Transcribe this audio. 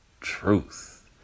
truth